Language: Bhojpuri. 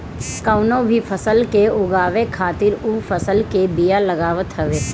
कवनो भी फसल के उगावे खातिर उ फसल के बिया लागत हवे